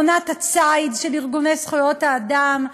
עונת הציד של ארגוני זכויות האדם,